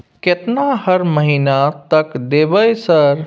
केतना हर महीना तक देबय सर?